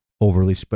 overly